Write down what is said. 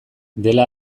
dela